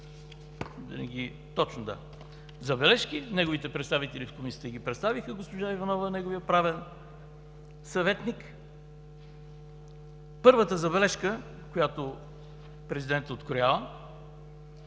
Той има шест забележки – неговите представители в Комисията ги представиха, госпожа Иванова – неговият правен съветник. Първата забележка, която президентът откроява,